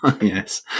Yes